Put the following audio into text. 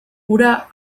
ura